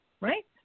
right